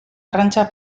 arrantza